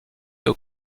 aux